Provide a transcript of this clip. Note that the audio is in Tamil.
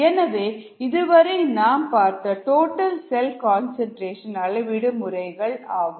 எனவே இதுவரை நாம் பார்த்தது டோட்டல் செல் கன்சன்ட்ரேஷன் அளவீடு முறைகள் ஆகும்